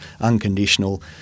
unconditional